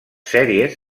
sèries